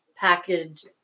package